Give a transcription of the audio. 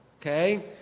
okay